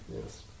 Yes